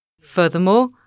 Furthermore